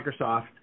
Microsoft